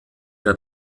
der